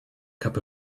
cup